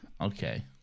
okay